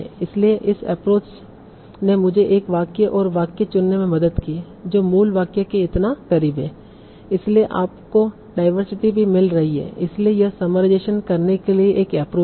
इसलिए इस एप्रोच ने मुझे एक और वाक्य चुनने में मदद की जो मूल वाक्य के इतना करीब नहीं है इसलिए आपको डाइवर्सिटी भी मिल रही है इसलिए यह समराइजेशेन करने के लिए एक एप्रोच था